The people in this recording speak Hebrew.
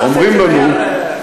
אומרים לנו,